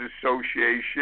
Association